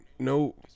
No